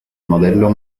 modello